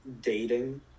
dating